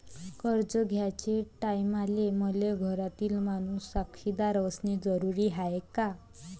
कर्ज घ्याचे टायमाले मले घरातील माणूस साक्षीदार असणे जरुरी हाय का?